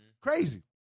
crazy